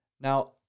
Now